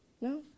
No